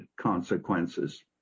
consequences